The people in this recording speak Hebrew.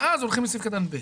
ואז הולכים לסעיף קטן (ב).